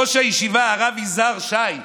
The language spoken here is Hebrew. ראש הישיבה הרב יזהר שי,